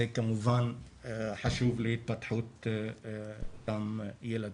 זה כמובן חשוב להתפתחותם של אותם ילדים.